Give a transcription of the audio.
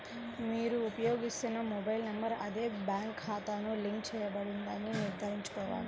మీరు ఉపయోగిస్తున్న mobile number అదే బ్యాంక్ ఖాతాకు లింక్ చేయబడిందని నిర్ధారించుకోవాలి